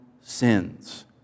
sins